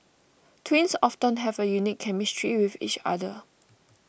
twins often have a unique chemistry with each other